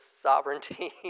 sovereignty